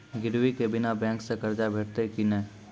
गिरवी के बिना बैंक सऽ कर्ज भेटतै की नै?